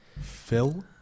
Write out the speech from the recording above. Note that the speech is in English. Phil